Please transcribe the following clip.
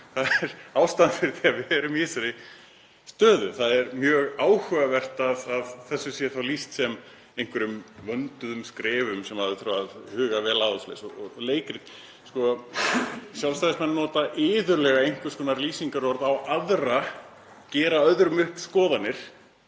Það er ástæðan fyrir því að við erum í þessari stöðu. Það er mjög áhugavert að þessu sé þá lýst sem einhverjum vönduðum skrefum sem þurfi að huga vel að og svoleiðis. Og leikrit — Sjálfstæðismenn nota iðulega einhvers konar lýsingarorð yfir aðra, gera öðrum upp skoðanir